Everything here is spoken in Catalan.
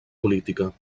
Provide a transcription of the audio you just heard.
política